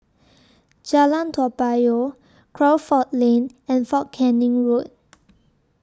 Jalan Toa Payoh Crawford Lane and Fort Canning Road